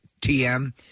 TM